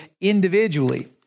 individually